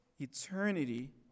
eternity